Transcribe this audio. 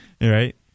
Right